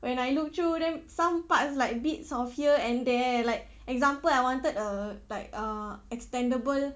when I look through then some parts like bits of here and there like example I wanted a like uh extendable